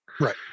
right